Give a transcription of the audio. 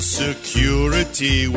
security